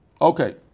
Okay